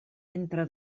entre